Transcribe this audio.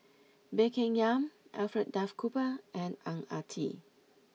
Baey Yam Keng Alfred Duff Cooper and Ang Ah Tee